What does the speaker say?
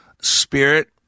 Spirit